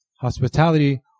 Hospitality